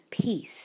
peace